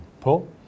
Paul